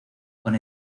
con